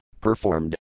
performed